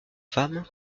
femme